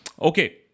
okay